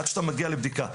עד שאתה מגיע לבדיקה.